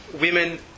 Women